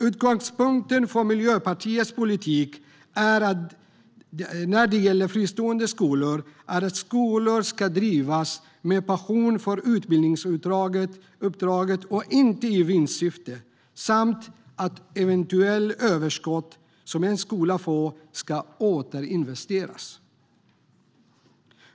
Utgångspunkten för Miljöpartiets politik när det gäller fristående skolor är att skolor ska drivas med passion för utbildningsuppdraget och inte drivas i vinstsyfte samt att eventuellt överskott som en skola får ska återinvesteras.